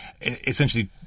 essentially